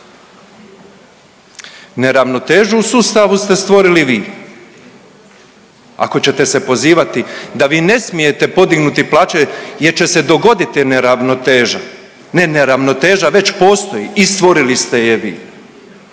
Neravnotežu u sustavu ste stvorili vi, ako ćete se pozivati da vi ne smijete podignuti plaće jer će se dogoditi neravnoteža. Ne, neravnoteža već postoji i stvorili ste je vi.